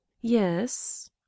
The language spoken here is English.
yes